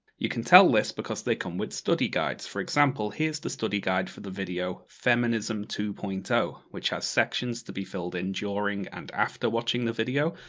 you can tell this, because they come with study guides. for example, here's the study guide for the video feminism two point zero, so which has sections to be filled in, during and after watching the video,